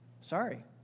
sorry